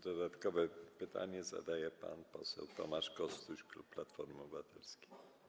Dodatkowe pytanie zadaje pan poseł Tomasz Kostuś, klub Platforma Obywatelska.